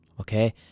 okay